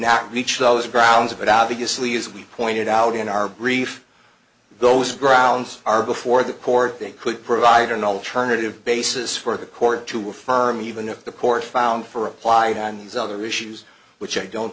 not reach those grounds but obviously as we pointed out in our brief those grounds are before the court they could provide an alternative basis for the court to affirm even if the court found for applying on these other issues which i don't